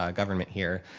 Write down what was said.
ah government here.